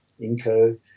Inco